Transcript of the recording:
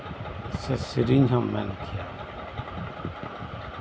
ᱥᱮᱨᱮᱧ ᱦᱚᱢ ᱢᱮᱱ ᱠᱮᱭᱟ